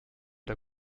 der